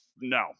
no